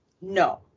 no